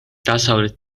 დასავლეთ